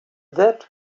that